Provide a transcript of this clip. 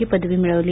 ही पदवी मिळवली